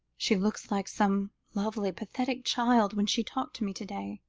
she looked like some lovely, pathetic child when she talked to me to-day,